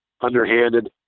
underhanded